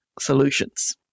solutions